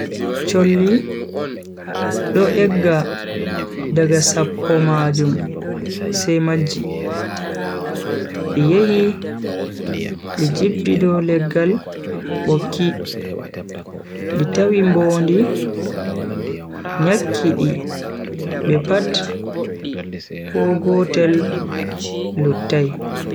Cholli do egga daga sappo majum sai majji, di yehi di jippi do leggal bokki di tawi mbondi nyakkidi be pat ko gotel lluttai.